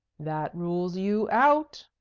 that rules you out!